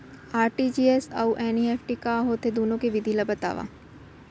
RTGS अऊ NEFT का होथे, दुनो के विधि ला बतावव